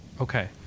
okay